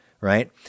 right